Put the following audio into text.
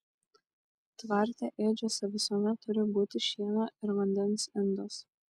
tvarte ėdžiose visuomet turi būti šieno ir vandens indas